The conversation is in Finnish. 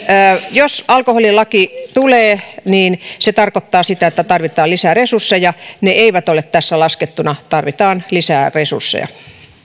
jos alkoholilaki tulee niin se tarkoittaa sitä että tarvitaan lisää resursseja ne eivät ole tässä laskettuna tarvitaan lisää resursseja